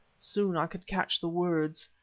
soon i could catch the words.